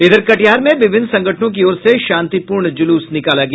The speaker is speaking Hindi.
इधर कटिहार में विभिन्न संगठनों की ओर से शांतिपूर्ण जुलूस निकाला गया